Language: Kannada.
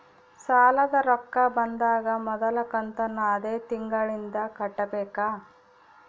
ಸಾಲದ ರೊಕ್ಕ ಬಂದಾಗ ಮೊದಲ ಕಂತನ್ನು ಅದೇ ತಿಂಗಳಿಂದ ಕಟ್ಟಬೇಕಾ?